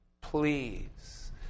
please